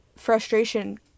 frustration